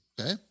okay